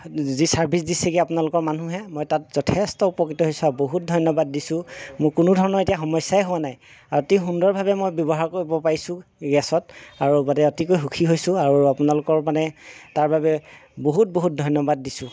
যি ছাৰ্ভিচ দিছেহি আপোনালোকৰ মানুহে মই তাত যথেষ্ট উপকৃত হৈছো আৰু বহুত ধন্যবাদ দিছো মোৰ কোনো ধৰণৰ এতিয়া সমস্যাই হোৱা নাই ৰাতি সুন্দৰভাৱে মই ব্যৱহাৰ কৰিব পাৰিছো গেছত আৰু অতিকৈ সুখী হৈছো আৰু আপোনালোকৰ মানে তাৰ বাবে বহুত বহুত ধন্যবাদ দিছো